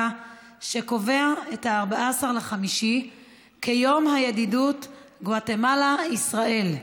שקובע את 14 במאי כיום הידידות גואטמלה ישראל.